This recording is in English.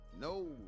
No